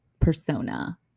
persona